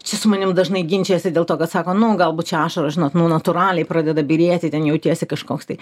čia su manim dažnai ginčijasi dėl to kad sako na galbūt čia ašaros žinot nu natūraliai pradeda byrėti ten jautiesi kažkoks tai